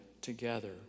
together